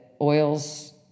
oils